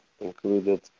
included